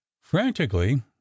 frantically